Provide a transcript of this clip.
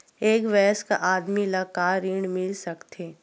एक वयस्क आदमी ला का ऋण मिल सकथे?